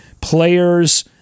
players –